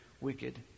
wicked